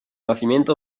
nacimiento